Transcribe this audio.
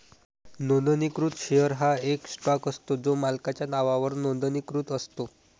नोंदणीकृत शेअर हा एक स्टॉक असतो जो मालकाच्या नावावर नोंदणीकृत असतो